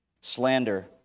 slander